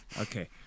Okay